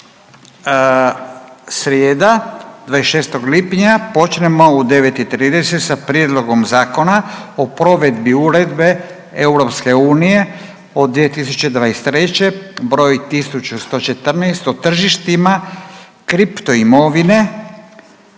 srijeda 26. lipnja počinjemo u 9,30 sa Prijedlogom zakona o provedbi Uredbe EU od 2023. br. 1114 o tržištima kripto imovine,